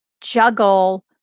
juggle